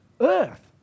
earth